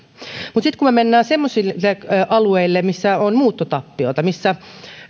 mutta sitten kun me menemme semmoisille alueille missä on muuttotappiota missä